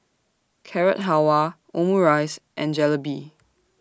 Carrot Halwa Omurice and Jalebi